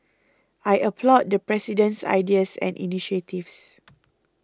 I applaud the President's ideas and initiatives